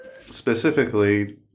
specifically